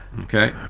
Okay